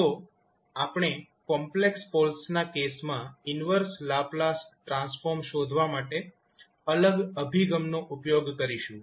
તો આપણે કોમ્પ્લેક્સ પોલ્સના કેસમાં ઈન્વર્સ લાપ્લાસ ટ્રાન્સફોર્મ શોધવા માટે અલગ અભિગમનો ઉપયોગ કરીશું